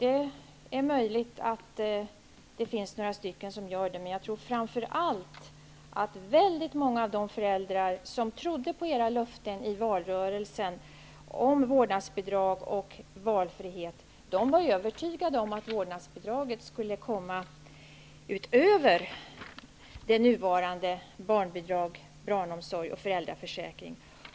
Det är möjligt att det finns några stycken som väntar, men jag tror framför allt att väldigt många av de föräldrar som trodde på era löften i valrörelsen om vårdnadsbidrag och valfrihet var övertygade om att vårdnadsbidraget skulle utgå utöver nuvarande barnbidrag, barnomsorg och föräldraförsäkring.